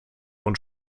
und